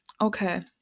okay